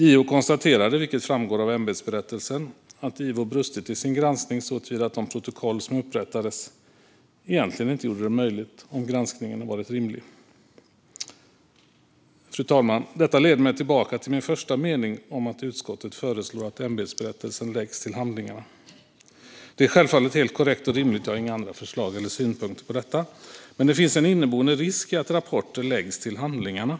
JO konstaterade, vilket framgår av ämbetsberättelsen, att Ivo brustit i sin granskning såtillvida att de protokoll som upprättades egentligen inte gjorde det möjligt att avgöra om granskningen varit rimlig. Fru talman! Detta leder mig tillbaka till min första mening om att utskottet föreslår att ämbetsberättelsen läggs till handlingarna. Det är självfallet helt korrekt och rimligt, och jag har inga andra förslag eller synpunkter på detta. Men det finns en inneboende risk i att rapporter läggs till handlingarna.